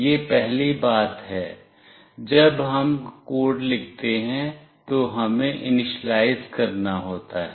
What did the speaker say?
यह पहली बात है जब हम कोड लिखते हैं तो हमें इनिशियलाइज़ करना होता है